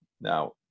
now